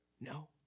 No